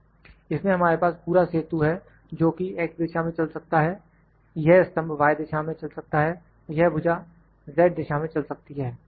इसमें हमारे पास पूरा सेतु है जो कि X दिशा में चल सकता है यह स्तम्भ Y दिशा में चल सकता है और यह भुजा Z दिशा में चल सकती है